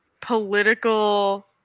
political